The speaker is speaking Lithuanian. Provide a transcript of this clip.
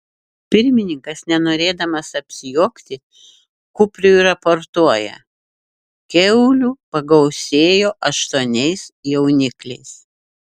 pirmininkas nenorėdamas apsijuokti kupriui raportuoja kiaulių pagausėjo aštuoniais jaunikliais